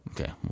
Okay